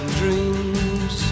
dreams